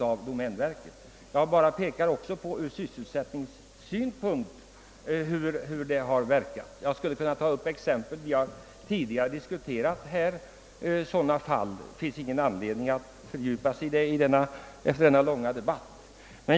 Jag vill bara erinra om vad jag tidigare har sagt om det ekonomiska resultatet av domänverkets verksamhet och dess följder för sysselsättningen.